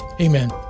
Amen